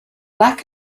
lack